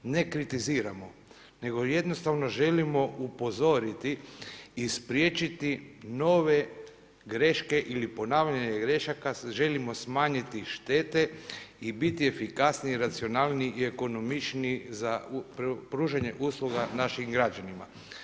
Ne kritiziramo nego jednostavno želimo upozoriti i spriječiti nove greške ili ponavljanje grešaka želimo smanjiti štete i biti efikasniji, racionalniji i ekonomičniji za pružanje usluga našim građanima.